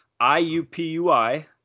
IUPUI